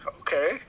okay